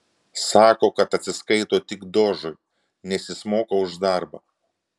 sako kad atsiskaito tik dožui nes jis moka už darbą